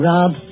Rob